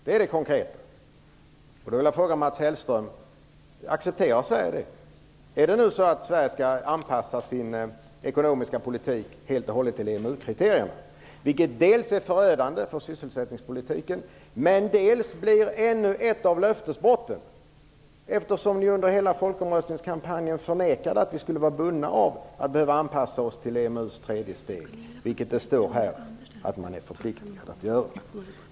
Jag vill fråga Mats Hellström om Sverige accepterar det. Skall Sverige nu anpassa sin ekonomiska politik helt och hållet till EMU-kriterierna? Det är förödande för sysselsättningspolitiken. Här blir det också fråga om ännu ett löftesbrott. Under hela folkomröstningskampanjen förnekade ni nämligen att vi skulle vara bundna av att behöva anpassa oss till EMU:s tredje steg. Här står det att vi är förpliktade att göra det.